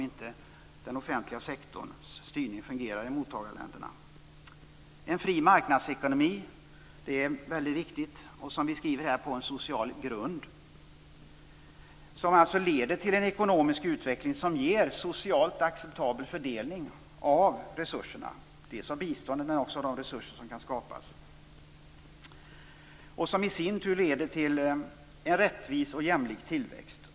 Det är väldigt viktigt med en fri marknadsekonomi och, som vi skriver i betänkandet, på en social grund. Det leder till en ekonomisk utveckling som ger en socialt acceptabel fördelning av resurserna, dels från biståndet men också från de resurser som kan skapas. Det leder i sin tur till en rättvis och jämlik tillväxt.